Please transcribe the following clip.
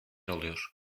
oluyor